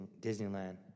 Disneyland